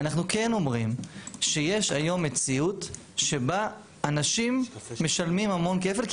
אנחנו כן אומרים שיש היום מציאות שבה אנשים משלמים המון כפל כי